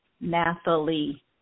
Nathalie